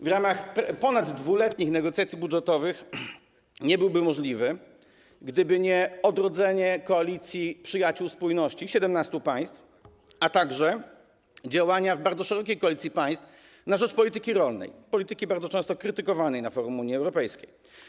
w ramach ponad dwuletnich negocjacji budżetowych nie byłby możliwy, gdyby nie odrodzenie koalicji przyjaciół spójności - 17 państw, a także działania w bardzo szerokiej koalicji państw na rzecz polityki rolnej, polityki bardzo często krytykowanej na forum Unii Europejskiej.